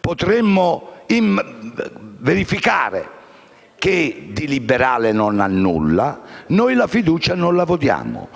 potremmo verificare che di liberale non ha nulla, non voteremo la fiducia.